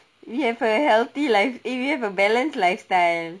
we have a healthy life if you have a balanced lifestyle